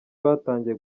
batangiye